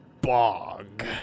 Bog